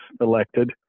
elected